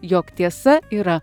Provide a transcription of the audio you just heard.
jog tiesa yra